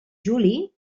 juli